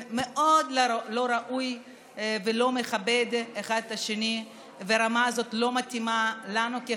כולל ראשי רשויות ומוסדות בית